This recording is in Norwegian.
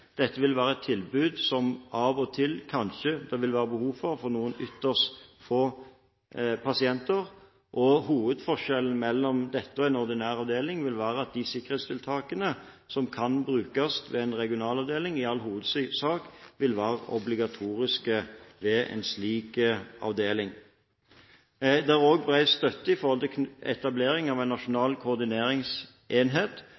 Dette vil være et tilbud som det av og til kanskje vil være behov for når det gjelder noen ytterst få pasienter, og hovedforskjellen mellom dette og en ordinær avdeling vil være at de sikkerhetstiltakene som kan brukes ved en regional avdeling, i all hovedsak vil være obligatoriske ved en slik avdeling. Det er også bred støtte til etablering av en